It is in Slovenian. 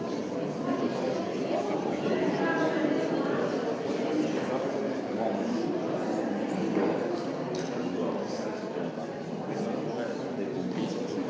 Hvala